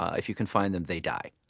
ah if you confine them, they die.